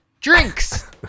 Drinks